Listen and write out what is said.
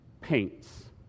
paints